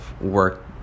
work